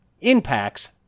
impacts